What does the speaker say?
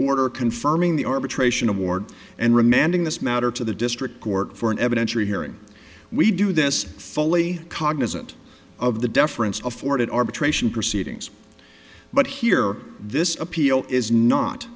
order confirming the arbitration award and remanding this matter to the district court for an evidentiary hearing we do this fully cognizant of the deference afforded arbitration proceedings but here this appeal is not